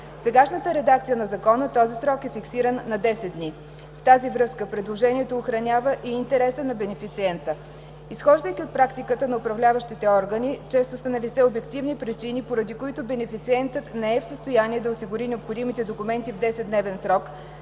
сегашната редакция на закона този срок е фиксиран на 10 дни. В тази връзка предложението охранява и интереса на бенефициента. Изхождайки от практиката на управляващите органи, често са налице обективни причини, поради които бенефициентът не е в състояние да осигури необходимите документи в 10-дневен срок,